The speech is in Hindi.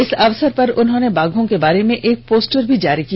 इस अवसर पर उन्होंने बाघों के बारे में एक पोस्टर भी जारी किया